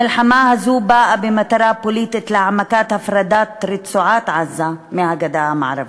המלחמה הזאת באה במטרה פוליטית להעמקת הפרדת רצועת-עזה מהגדה המערבית.